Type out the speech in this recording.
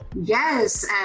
Yes